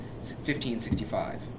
1565